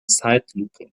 zeitlupe